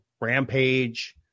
rampage